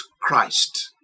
Christ